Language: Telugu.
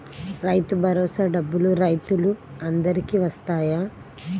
రైతు భరోసా డబ్బులు రైతులు అందరికి వస్తాయా?